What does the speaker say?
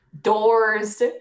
doors